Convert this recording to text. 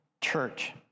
church